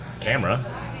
camera